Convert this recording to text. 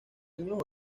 años